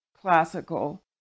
classical